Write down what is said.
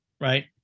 Right